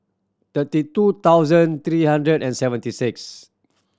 thirty two thousand three hundred and seventy six